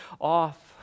off